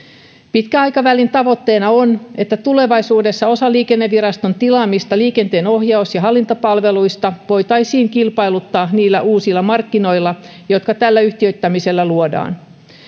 pitkän aikavälin tavoitteena on että tulevaisuudessa osa liikenneviraston tilaamista liikenteenohjaus ja hallintapalveluista voitaisiin kilpailuttaa niillä uusilla markkinoilla jotka tällä yhtiöittämisellä luodaan